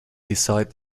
beside